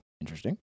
interesting